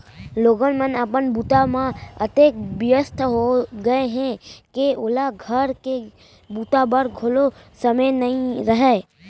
लोगन मन अपन बूता म अतेक बियस्त हो गय हें के ओला घर के बूता बर घलौ समे नइ रहय